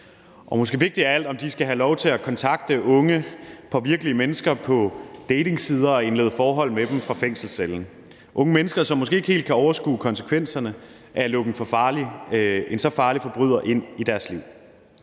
og måske vigtigst af alt om de skal have lov til at kontakte unge, påvirkelige mennesker på datingsider og indlede forhold med dem fra fængselscellen – unge mennesker, som måske ikke helt kan overskue konsekvenserne af at lukke en så farlig forbryder ind i deres liv.